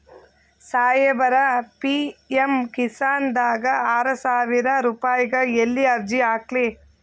ಸಾಹೇಬರ, ಪಿ.ಎಮ್ ಕಿಸಾನ್ ದಾಗ ಆರಸಾವಿರ ರುಪಾಯಿಗ ಎಲ್ಲಿ ಅರ್ಜಿ ಹಾಕ್ಲಿ?